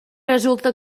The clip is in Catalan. resulta